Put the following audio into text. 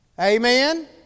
Amen